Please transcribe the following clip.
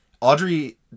Audrey